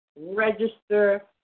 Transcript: register